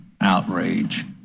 outrage